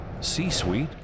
C-Suite